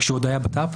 כשהוא עוד היה בט"פ.